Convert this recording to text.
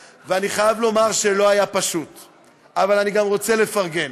או לפחות אתם לא חושבים שאנחנו צריכים להרחיק,